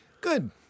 Good